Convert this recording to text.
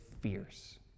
fierce